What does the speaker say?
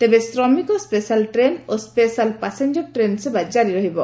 ତେବେ ଶ୍ରମିକ special train ଓ ସ୍କେଶାଲ ପାସେଞ୍ଜର ଟ୍ରେନ୍ ସେବା ଜାରି ରହିବ